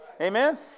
Amen